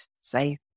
safe